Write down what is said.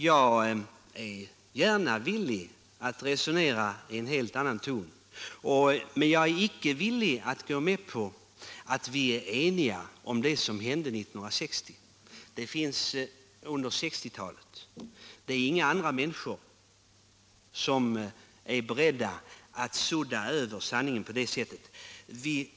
Jag vill gärna resonera i en helt annan ton, men jag är icke villig att gå med på att vi är eniga om det som hände på 1960-talet. Inga andra människor är beredda att sudda över sanningen på det sättet.